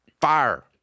Fire